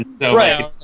Right